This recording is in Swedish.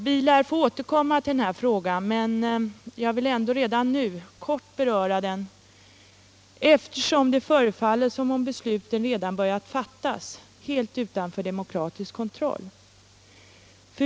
Vi lär få återkomma till denna fråga, men jag vill ändå kort beröra den, eftersom det förefaller som om besluten redan börjat fattas, helt utanför demokratisk kontroll.